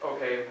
Okay